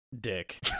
Dick